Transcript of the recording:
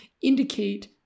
indicate